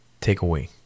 takeaway